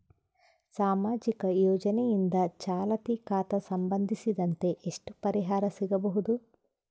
ಸಾಮಾಜಿಕ ಯೋಜನೆಯಿಂದ ಚಾಲತಿ ಖಾತಾ ಸಂಬಂಧಿಸಿದಂತೆ ಎಷ್ಟು ಪರಿಹಾರ ಸಿಗಬಹುದು?